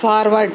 forward